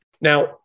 Now